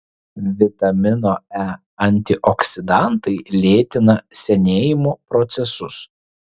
vitamino e antioksidantai lėtina senėjimo procesus